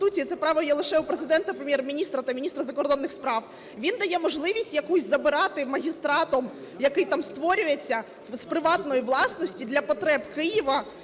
це право є лише у Президента, Прем'єр-міністра та міністра закордонних справ. Він дає можливість якусь забирати магістратом, який там створюється, з приватної власності для потреб Києва